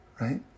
right